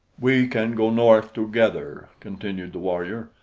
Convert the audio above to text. we can go north together, continued the warrior.